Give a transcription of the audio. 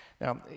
Now